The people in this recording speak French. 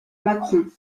macron